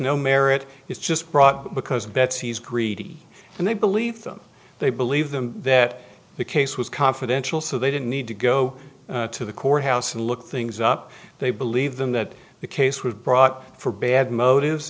no merit it's just brought because that's he's greedy and they believe them they believe them that the case was confidential so they didn't need to go to the court house and look things up they believe them that the case was brought for bad motives